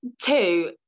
two